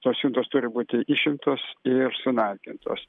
tos siuntos turi būti išimtos ir sunaikintos